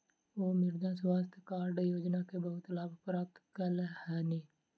ओ मृदा स्वास्थ्य कार्ड योजना के बहुत लाभ प्राप्त कयलह्नि